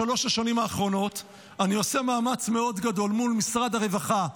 בשלוש השנים האחרונות אני עושה מאמץ מאוד גדול מול משרד הרווחה,